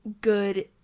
good